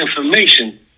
information